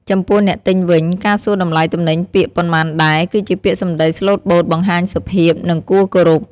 ចំពោះអ្នកទិញវិញ ការសួរតម្លៃទំនិញពាក្យ “ប៉ុន្មានដែរ” គឺជាពាក្យសម្ដីស្លូតបូត បង្ហាញសុភាព និងគួរគោរព។